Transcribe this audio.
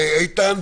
לא, איתן.